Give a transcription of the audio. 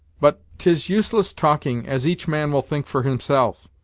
but, t is useless talking, as each man will think fir himself,